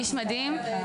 איש מדהים.